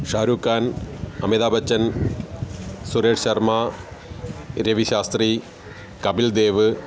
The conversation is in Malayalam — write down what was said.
ഷാരുഖ് ഖാൻ അമിതാഭ് ബച്ചൻ സുരേഷ് ശർമ്മ രവി ശാസ്ത്രി കപിൽ ദേവ്